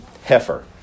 Heifer